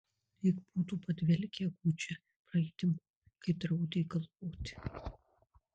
lyg būtų padvelkę gūdžia praeitim kai draudė galvoti